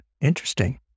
Interesting